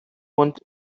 want